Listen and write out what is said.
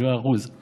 כ-7%;